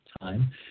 time